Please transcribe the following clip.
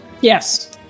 Yes